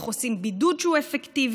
איך עושים בידוד שהוא אפקטיבי,